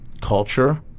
culture